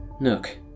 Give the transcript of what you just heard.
Nook